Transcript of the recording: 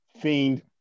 Fiend